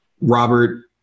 Robert